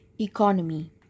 economy